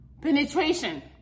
penetration